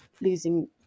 losing